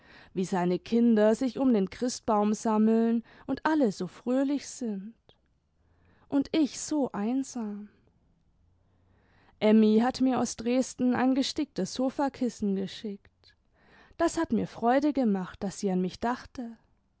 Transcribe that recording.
wie seine kinder sich um den christbaum sammeln und alle so fröhlich sind und ich so einsam mmy hat mir aus dresden ein gesticktes sofakissen geschickt das hat mir freude gemacht daß sie an mich dachte